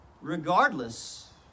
regardless